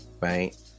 right